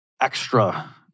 extra